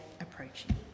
approaching